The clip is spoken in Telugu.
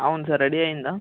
అవును సార్ రెడీ అయ్యిందా